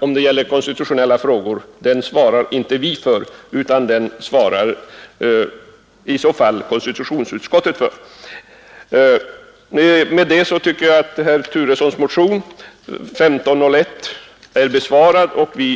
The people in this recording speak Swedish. Om det gäller konstitutionella frågor svarar inte vi för dem, utan det gör konstitutionsutskottet. Därmed tycker jag att motionen 1501 av herr Turesson är besvarad. Vi